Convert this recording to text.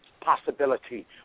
possibility